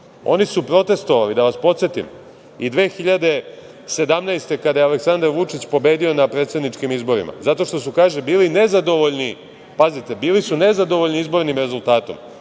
su protestvovali, da vas podsetim, i 2017. godine kada je Aleksandar Vučić pobedio na predsedničkim izborima, zato što su bili nezadovoljni, pazite, bili su nezadovoljni izbornim rezultatom.